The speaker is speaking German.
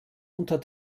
unter